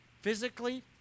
physically